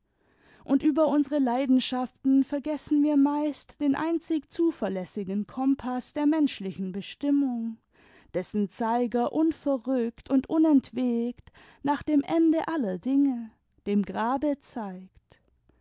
und über unsere leidenschaften vergessen wir meist den einzig zuverlässigen kompaß der menschlichen bestimmung dessen zeiger unverrückt und unentwegt nach dem ende aller dinge dem grabe zeigt